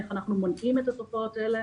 איך אנחנו מונעים את התופעות האלה